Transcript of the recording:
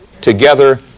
together